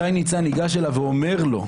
שי ניצן ניגש אליו ואומר לו: